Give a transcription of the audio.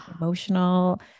emotional